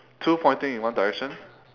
two pointing in one direction